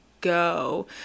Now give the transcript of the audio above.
go